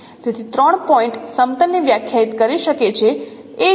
તેથી 3 પોઇન્ટ સમતલ ને વ્યાખ્યાયિત કરી શકે છે